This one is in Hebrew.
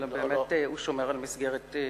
אלא הוא באמת שומר על מסגרת הזמנים.